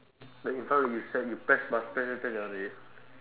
the infrared you set you press bu~ press press press that one is it